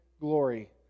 glory